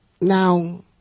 Now